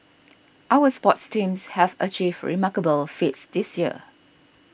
our sports teams have achieved remarkable feats this year